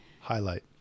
highlight